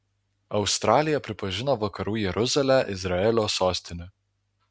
australija pripažino vakarų jeruzalę izraelio sostine